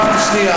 פעם שנייה.